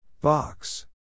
Box